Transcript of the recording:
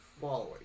following